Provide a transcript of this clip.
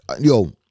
yo